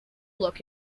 look